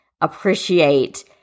appreciate